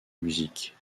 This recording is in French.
musique